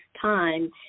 time